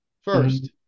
first